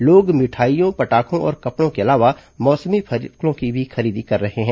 लोग मिठाइयों पटाखों और कपड़ों के अलावा मौसमी फलों की भी खरीदी कर रहे हैं